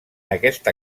aquesta